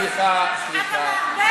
סליחה, סליחה.